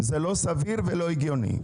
זה לא סביר ולא הגיוני.